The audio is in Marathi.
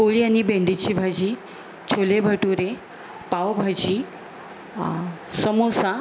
पोळी आणि भेंडीची भाजी छोले भटुरे पावभाजी समोसा